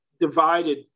divided